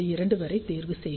2 வரை தேர்வு செய்க